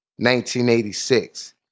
1986